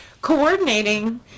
coordinating